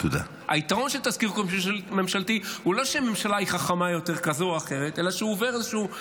היתרון של תזכיר חוק ממשלתי הוא לא שממשלה כזאת או אחרת היא חכמה